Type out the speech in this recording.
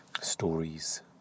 stories